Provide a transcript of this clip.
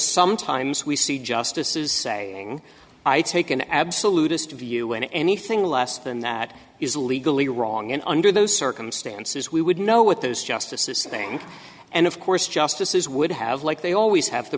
sometimes we see justice is saying i take an absolutist view when anything less than that is legally wrong and under those circumstances we would know what those justices thing and of course justices would have like they always have the